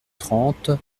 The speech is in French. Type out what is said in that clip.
trente